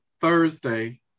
Thursday